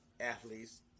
athletes